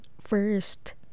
first